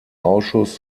ausschuss